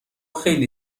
خیلی